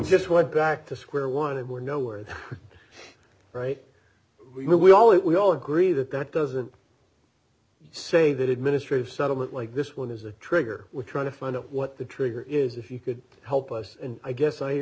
just went back to square one and we're nowhere right we all we all agree that that doesn't say that administrative settlement like this one is a trigger would try to find out what the trigger is if you could help us and i guess